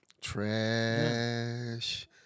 trash